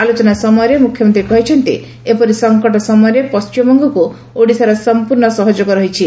ଆଲୋଚନା ସମୟରେ ମୁଖ୍ୟମନ୍ତୀ କହିଛନ୍ତି ଏପରି ସଂକଟ ସମୟରେ ପଣ୍ଟିମବଙ୍ଗକୁ ଓଡ଼ିଶାର ସମ୍ମର୍ଶ୍ୱ ସହଯୋଗ ରହିଛି